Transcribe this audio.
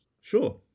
Sure